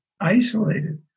isolated